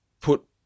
put